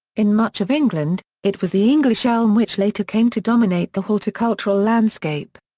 in much of england, it was the english elm which later came to dominate the horticultural landscape.